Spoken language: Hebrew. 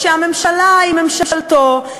שהממשלה היא ממשלתו,